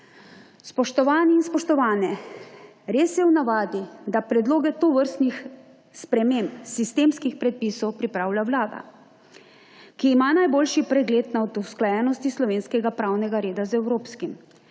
Spoštovani in spoštovane, res je v navadi, da predloge tovrstnih sprememb sistemskih predpisov pripravlja Vlada, ki ima najboljši pregled nad usklajenostjo slovenskega pravnega reda z evropskim.